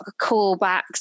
callbacks